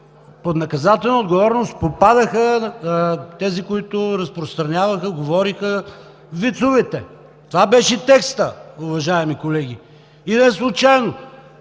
под наказателна отговорност попадаха тези, които разпространяваха, разказваха вицовете. Това беше текстът, уважаеми колеги. И не случайно